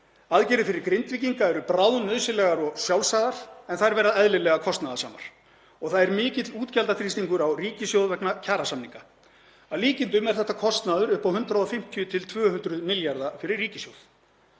Aðgerðir fyrir Grindvíkinga eru bráðnauðsynlegar og sjálfsagðar en þær verða eðlilega kostnaðarsamar og það er mikill útgjaldaþrýstingur á ríkissjóð vegna kjarasamninga. Að líkindum er þetta kostnaður upp á 150–200 milljarða fyrir ríkissjóð.